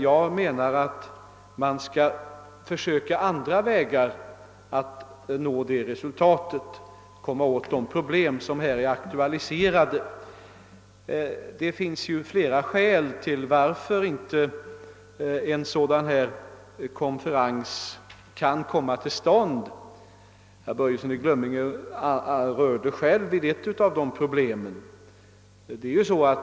Jag menar att man i stället skall försöka finna andra vägar att nå resultat och att lösa de problem som aktualiserats i interpellationen. Det finns flera skäl till att en konferens av det här slaget inte kan komma till stånd. Herr Börjesson i Glömminge berörde själv ett av dessa problem.